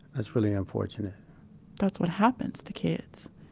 that's really unfortunate that's what happens to kids